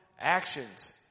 actions